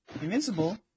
Invincible